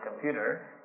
computer